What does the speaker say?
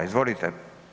Izvolite.